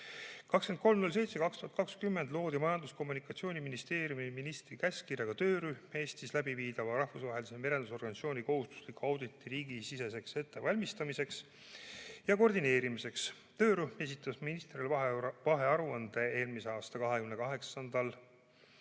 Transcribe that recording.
23.07.2020 loodi Majandus- ja Kommunikatsiooniministeeriumi ministri käskkirjaga töörühm Eestis läbiviidava Rahvusvahelise Merendusorganisatsiooni kohustusliku auditi riigisiseseks ettevalmistamiseks ja koordineerimiseks. Töörühm esitas ministrile eelmise aasta 28.